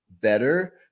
better